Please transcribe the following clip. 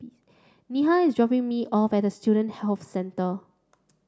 Neha is dropping me off at Student Health Centre